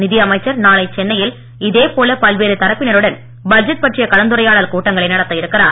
நிதி அமைச்சர் நாளை சென்னையில் இதேபோல பல்வேறு தரப்பினருடன் பட்ஜெட் பற்றிய கலந்துரையாடல் கூட்டங்களை நடத்த இருக்கிறார்